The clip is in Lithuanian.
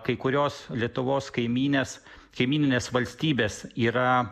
kai kurios lietuvos kaimynės kaimyninės valstybės yra